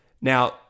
Now